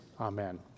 Amen